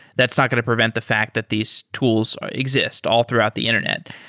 that's not going to prevent the fact that these tools exist all throughout the internet.